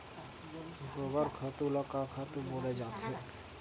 गोबर खातु ल का खातु बोले जाथे?